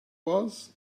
was